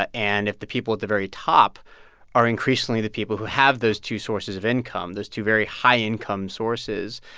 ah and if the people at the very top are increasingly the people who have those two sources of income, those two very high-income sources,